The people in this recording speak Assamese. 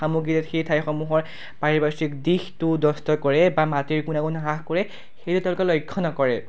সামগ্ৰীেয় সেই ঠাইসমূহৰ পাৰিপাৰ্শ্বিক দিশটো নষ্ট কৰে বা মাটিৰ গুণাগুণ হ্ৰাস কৰে সেইটো তেওঁলোকে লক্ষ্য নকৰে